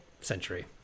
century